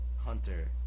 Hunter